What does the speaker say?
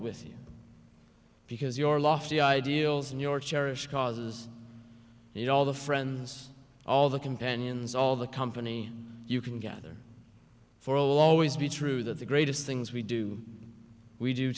with you because your lofty ideals and your cherished causes you know all the friends all the companions all the company you can gather for always be true that the greatest things we do we do